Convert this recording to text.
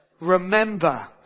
remember